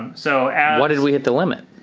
so why did we hit the limit?